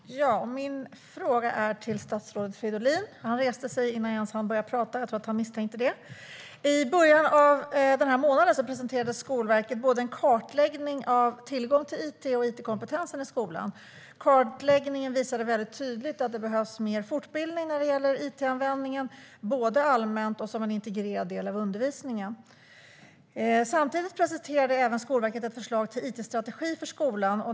Herr talman! Min fråga är till statsrådet Fridolin. I början av månaden presenterade Skolverket en kartläggning av både tillgången till it och it-kompetensen i skolan. Kartläggningen visade tydligt att det behövs mer fortbildning när det gäller it-användningen, både allmänt och som en integrerad del av undervisningen. Samtidigt presenterade Skolverket ett förslag till it-strategi för skolan.